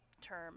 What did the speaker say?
term